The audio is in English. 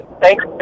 Thanks